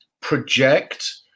project